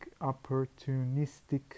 opportunistic